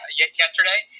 yesterday